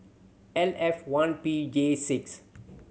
L F one P J six